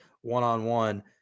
one-on-one